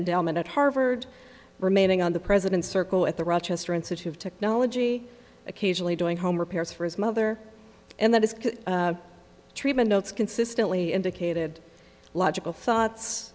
endowment at harvard remaining on the president circle at the rochester institute of technology occasionally doing home repairs for his mother and that is treatment notes consistently indicated logical thoughts